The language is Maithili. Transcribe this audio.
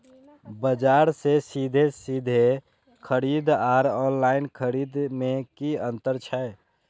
बजार से सीधे सीधे खरीद आर ऑनलाइन खरीद में की अंतर छै?